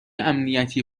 امنیتی